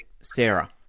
Sarah